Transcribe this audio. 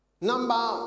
Number